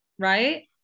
Right